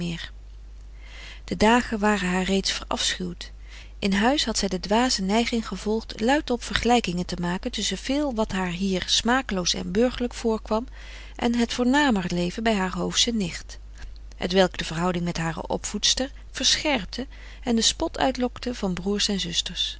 de dagen waren haar reeds verafschuwd in huis had zij de dwaze neiging gevolgd luid op vergelijkingen te maken tusschen veel wat haar hier smakeloos en burgerlijk voorkwam en het voornamer leven bij haar hoofsche nicht hetwelk de verhouding met hare opvoedster verscherpte en den spot uitlokte van broers en zusters